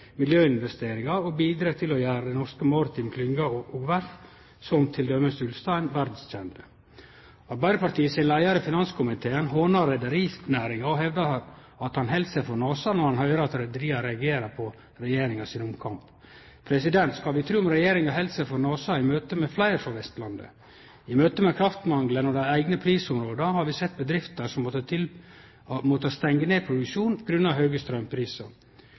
miljøinvesteringar og bidrege til å gjere den norske maritime klynga og norske verft, som t.d. Ulstein, verdskjende. Arbeidarpartiet sin leiar i finanskomiteen hånar reiarlagsnæringa og hevdar at han held seg for nasen når han høyrer at reiarlaga reagerer på regjeringa sin omkamp. Skal vi tru regjeringa «held seg for nasen» i møte med fleire frå Vestlandet? I møte med kraftmangelen og det eigne prisområdet har vi sett bedrifter som har måtta stengje ned produksjonen på grunn av høge